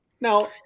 Now